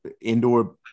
indoor